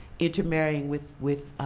intermarrying with with